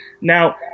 Now